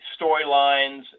storylines